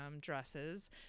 dresses